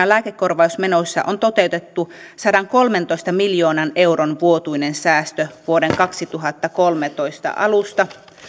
lääkekorvausmenoissa on toteutettu sadankolmentoista miljoonan euron vuotuinen säästö vuoden kaksituhattakolmetoista alusta